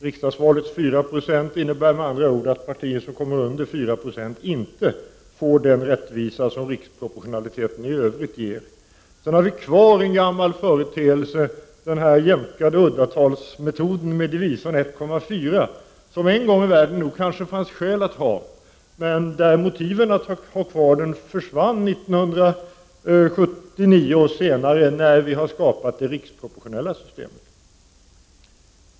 Riksdagsvalets 4 70 innebär att partier som kommer under 4 Yo inte får den rättvisa som riksproportionaliteten i övrigt ger. Det andra är en gammal företeelse som vi har kvar, den jämkade uddatalsmetoden med divisorn 1,4. En gång i världen fanns det nog skäl för att ha denna metod, men motiven för att behålla den försvann sedan vi hade skapat det riksproportionella systemet.